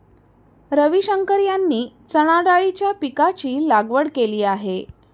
रविशंकर यांनी चणाडाळीच्या पीकाची लागवड केली आहे